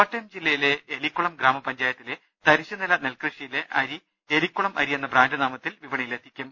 കോട്ടയം ജില്ലയിലെ എലിക്കുളം ഗ്രാമ പഞ്ചായത്തിലെ തരിശു നില നെൽകൃഷിയിലെ അരി എലിക്കുളം അരി എന്ന ബ്രാൻഡ് നാമത്തിൽ വിപണിയിലെത്തിക്കും